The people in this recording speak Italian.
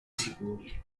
sicuri